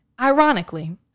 Ironically